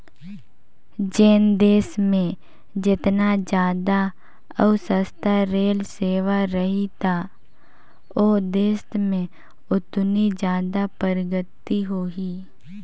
जेन देस मे जेतना जादा अउ सस्ता रेल सेवा रही त ओ देस में ओतनी जादा परगति होही